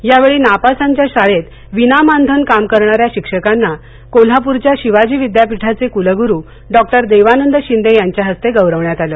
यावेळी नापासांच्या शाळेत विनामानधन काम करणाऱ्या शिक्षकांना कोल्हापूरच्या शिवाजी विद्यापीठाचे कुलगुरू डॉक्टर देवानंद शिंदे यांच्या हस्ते गौरवण्यात आलं